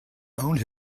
owned